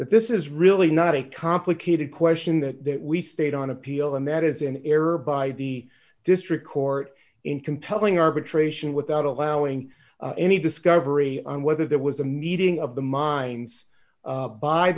that this is really not a complicated question that we stayed on appeal and that is in error by the district court in compelling arbitration without allowing any discovery on whether there was a meeting of the minds